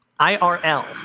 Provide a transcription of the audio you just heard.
IRL